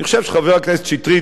אני חושב שחבר הכנסת שטרית,